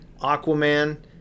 Aquaman